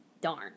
darn